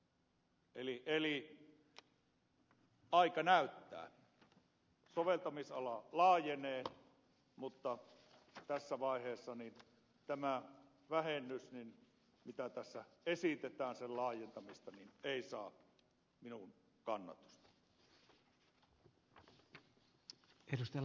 eli aika näyttää soveltamisala laajenee mutta tässä vaiheessa tämä vähennys kun tässä esitetään sen laajentamista ei saa minun kannatustani